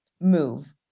move